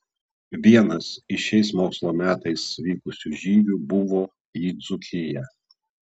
vienas iš šiais mokslo metais vykusių žygių buvo į dzūkiją